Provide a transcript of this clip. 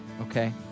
Okay